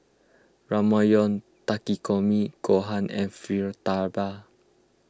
Ramyeon Takikomi Gohan and Fritada